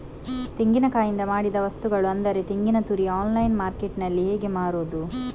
ತೆಂಗಿನಕಾಯಿಯಿಂದ ಮಾಡಿದ ವಸ್ತುಗಳು ಅಂದರೆ ತೆಂಗಿನತುರಿ ಆನ್ಲೈನ್ ಮಾರ್ಕೆಟ್ಟಿನಲ್ಲಿ ಹೇಗೆ ಮಾರುದು?